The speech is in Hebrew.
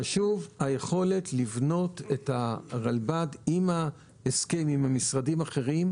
חשובה היכולת לבנות את הרלב"ד עם ההסכם עם המשרדים האחרים,